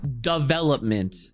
Development